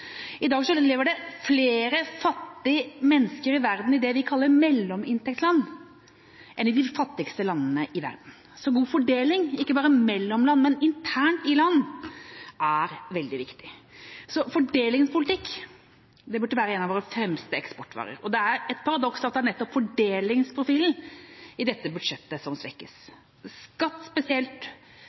I dag lever det flere fattige mennesker i det vi kaller mellominntektsland enn i de fattigste landene i verden. God fordeling, ikke bare mellom land, men internt i land er veldig viktig. Fordelingspolitikk burde være en av våre fremste eksportvarer. Det er et paradoks at det er nettopp fordelingsprofilen i dette budsjettet som svekkes. Skatt, spesielt